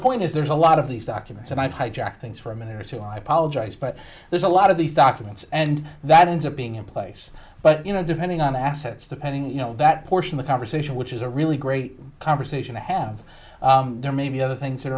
point is there's a lot of these documents and i've hijacked things for a minute or two i apologize but there's a lot of these documents and that ends up being in place but you know depending on the assets depending you know that portion with conversation which is a really great conversation to have there may be other things that